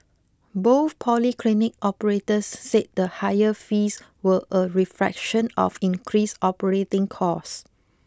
both polyclinic operators said the higher fees were a reflection of increased operating costs